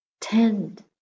tend